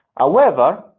however,